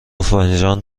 فنجان